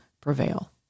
prevail